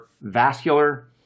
vascular